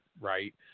right